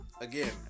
Again